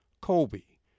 Colby